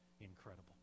incredible